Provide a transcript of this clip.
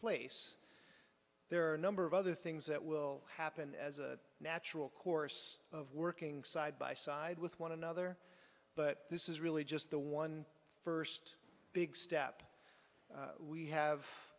place there are a number of other things that will happen as a natural course of working side by side with one another but this is really just the one first big step we have